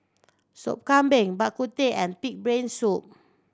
Sop Kambing Bak Kut Teh and pig brain soup